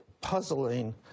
puzzling